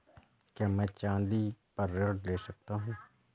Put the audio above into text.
क्या मैं चाँदी पर ऋण ले सकता हूँ?